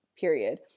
period